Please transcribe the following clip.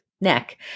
neck